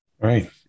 Right